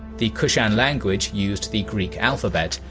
the kushan language used the greek alphabet,